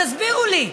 תסבירו לי.